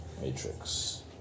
Matrix